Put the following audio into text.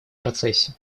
процессе